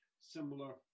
similar